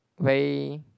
very